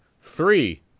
three